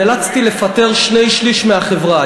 נאלצתי לפטר שני-שלישים מעובדי החברה.